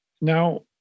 Now